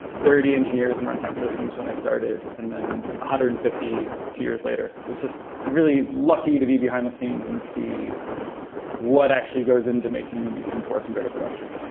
thirty engineers and run-time systems when i started and then one hundred and fifty two years later. it's just really lucky to be behind the scenes and see what actually goes into making these things work and go to production.